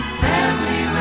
family